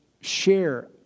share